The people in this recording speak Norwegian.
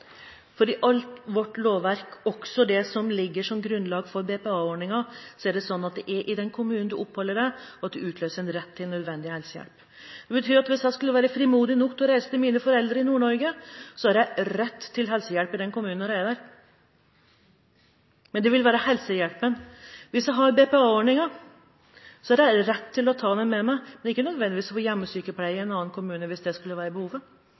For i alt vårt lovverk – også det som ligger som grunnlag for BPA-ordningen – er det sånn at det er i den kommunen du oppholder deg, at du utløser en rett til nødvendig helsehjelp. Det betyr at hvis jeg skulle være frimodig nok til å reise til mine foreldre i Nord-Norge, så har jeg rett til helsehjelp i den kommunen når jeg er der – men det ville være helsehjelpen. Hvis jeg har BPA-ordningen, har jeg rett til å ta den med meg, men ikke nødvendigvis til å få hjemmesykepleie i en annen kommune – hvis det skulle være behovet,